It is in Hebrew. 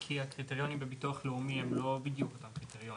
כי הקריטריונים בביטוח לאומי הם לא בדיוק אותם קריטריונים,